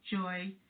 joy